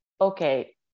okay